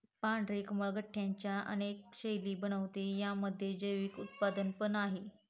पांढरे कमळ गट्ट्यांच्या अनेक शैली बनवते, यामध्ये जैविक उत्पादन पण आहे